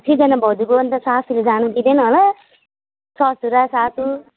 सिर्जना भाउजूको अन्त सासूले जानु दिँदैन होला ससुरा सासू